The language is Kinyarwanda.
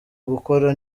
gukora